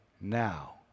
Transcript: now